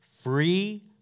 free